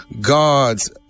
God's